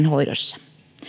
hoidossa